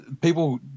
people